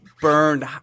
burned